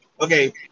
okay